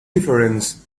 difference